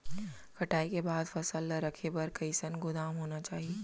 कटाई के बाद फसल ला रखे बर कईसन गोदाम होना चाही?